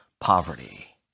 poverty